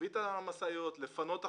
לפנות עכשיו,